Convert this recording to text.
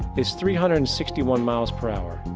is three hundred and sixty one miles per hour.